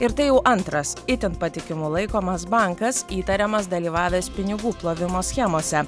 ir tai jau antras itin patikimu laikomas bankas įtariamas dalyvavęs pinigų plovimo schemose